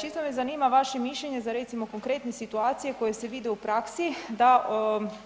Čisto me zanima vaše mišljenje, za recimo, konkretne situacije koje se vide u praksi da,